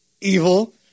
evil